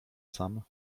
sam